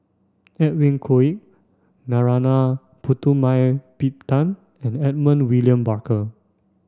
Edwin Koek Narana Putumaippittan and Edmund William Barker